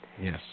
Yes